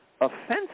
offensive